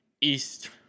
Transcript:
East